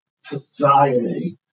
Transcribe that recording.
society